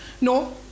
No